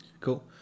Cool